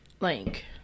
Link